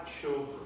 children